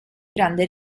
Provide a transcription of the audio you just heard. grande